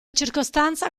circostanza